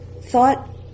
thought